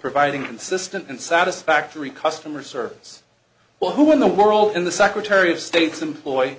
providing a consistent and satisfactory customer service well who in the world and the secretary of state's employ